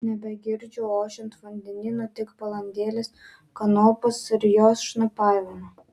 nebegirdžiu ošiant vandenyno tik balandėlės kanopas ir jos šnopavimą